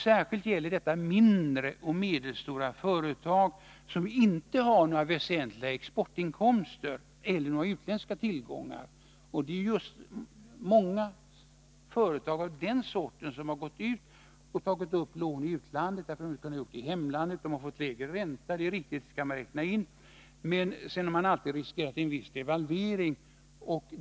Särskilt gäller detta mindre och medelstora företag, som inte har några väsentliga exportinkomster eller några utländska tillgångar. Det är just många företag av den sorten som har gått ut och tagit upp lån i utlandet, därför att de inte kunde göra det i hemlandet. De har fått lägre ränta, det är riktigt, och det skall man räkna in. Men sedan har man alltid riskerat en viss devalvering.